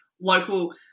local